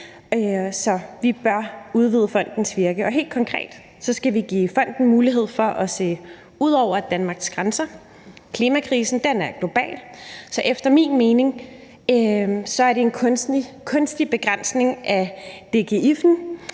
så vi bør udvide fondens virke, og helt konkret skal vi give fonden mulighed for at se ud over Danmarks grænser. Klimakrisen er global, så efter min mening er det en kunstig begrænsning af DGIF'en